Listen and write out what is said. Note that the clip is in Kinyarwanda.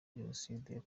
jenoside